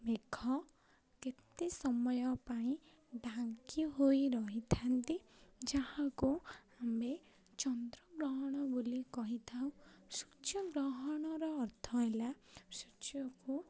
ମେଘ କେତେ ସମୟ ପାଇଁ ଢାଙ୍କି ହୋଇ ରହିଥାନ୍ତି ଯାହାକୁ ଆମେ ଚନ୍ଦ୍ରଗ୍ରହଣ ବୋଲି କହିଥାଉ ସୂର୍ଯ୍ୟଗ୍ରହଣର ଅର୍ଥ ହେଲା ସୂର୍ଯ୍ୟକୁ